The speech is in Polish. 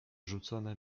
rzucone